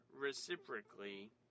reciprocally